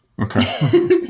Okay